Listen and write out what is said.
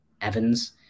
Evans